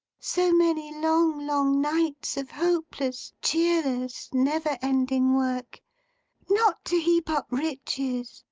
so many long, long nights of hopeless, cheerless, never ending work not to heap up riches,